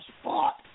spot